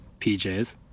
PJs